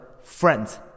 Friends